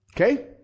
Okay